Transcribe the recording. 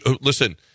listen